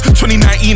2019